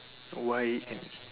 why and